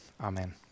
amen